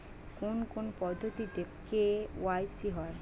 কোন কোন পদ্ধতিতে কে.ওয়াই.সি হয়?